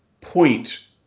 point